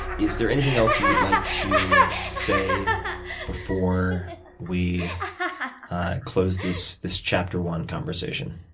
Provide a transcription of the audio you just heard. is there anything else you would like to say before we close this this chapter one conversation?